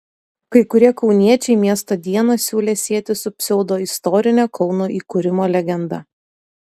kai kurie kauniečiai miesto dieną siūlė sieti su pseudoistorine kauno įkūrimo legenda